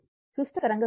సుష్ట తరంగ రూపం